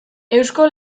eusko